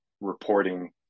reporting